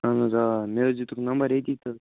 اہن حظ آ مےٚ حظ دِتُکھ نمبر ییٚتی تہٕ